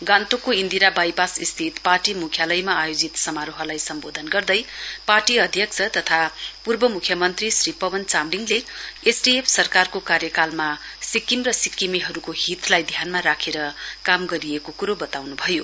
गान्तोकको इन्दिरा वाईपासस्थित पार्टी मुख्यालयमा आयोजित समारोहलाई सम्वोधन गर्दै पार्टी अध्यक्ष तथा पूर्व मुख्यमन्त्री श्री पवन चामलिङले एसडीएफ सरकारको कार्यकालमा सिक्किम र सिक्किमेहरुको हितलाई ध्यानमा राखेर काम गरिएको कुरो वताउँनुभयो